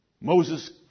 Moses